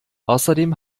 außerdem